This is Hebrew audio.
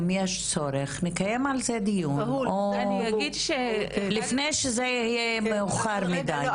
אם יש צורך נקיים על זה דיון לפני שזה יהיה מאוחר מידי.